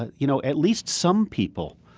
you know, at least some people,